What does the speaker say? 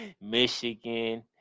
Michigan